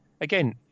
again